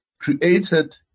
created